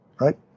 Right